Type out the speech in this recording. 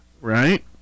right